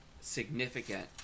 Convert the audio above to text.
significant